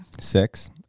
six